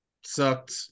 sucked